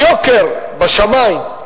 היוקר בשמים.